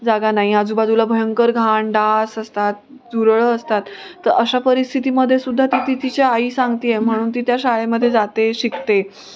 जागा नाही आजूबाजूला भयंकर घाण डास असतात झुरळं असतात तं अशा परिस्थितीमधे सुुद्धा ती ति तिची आई सांगते आहे म्हणून ती त्या शाळेमध्ये जाते शिकते